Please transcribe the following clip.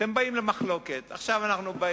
אתם באים למחלוקת, עכשיו אנחנו,